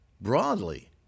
broadly